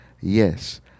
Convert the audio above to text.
yes